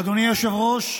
אדוני היושב-ראש,